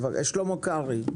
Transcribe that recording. תודה.